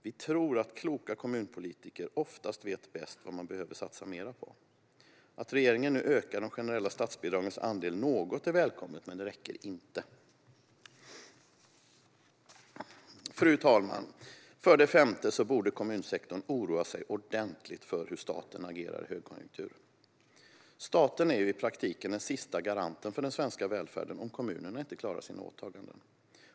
Vi tror att kloka kommunpolitiker oftast vet bäst vad man behöver satsa mer på. Att regeringen nu ökar de generella statsbidragens andel något är välkommet, men det räcker inte. Fru talman! För det femte borde kommunsektorn oroa sig ordentligt för hur staten agerar i högkonjunktur. Staten är i praktiken den sista garanten för den svenska välfärden om kommunerna inte klarar sina åtaganden.